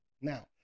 Now